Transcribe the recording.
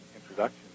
introduction